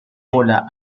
bola